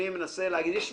יש ויכוח,